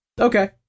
Okay